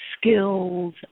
skills